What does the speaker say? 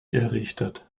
errichtet